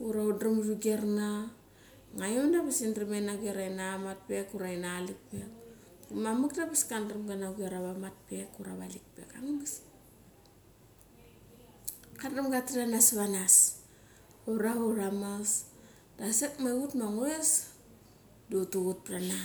ura guer na. Nga da angabas indram indram ina guer ina matrek ura ina lik vek angabas. Chadaram katat ara sevetranas, ura ara charames, dok kusek ut ma angures da uturet vrana.